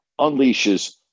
unleashes